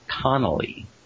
Connolly